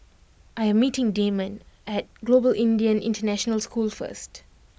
I am meeting Damon at Global Indian International School first